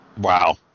Wow